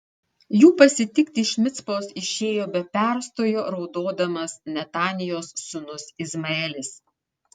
jų pasitikti iš micpos išėjo be perstojo raudodamas netanijos sūnus izmaelis